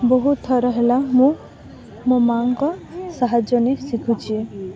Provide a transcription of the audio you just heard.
ବହୁତ ଥର ହେଲା ମୁଁ ମୋ ମାଆଙ୍କ ସାହାଯ୍ୟ ନେଇ ଶିଖୁଛି